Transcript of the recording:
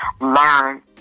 learn